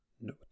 note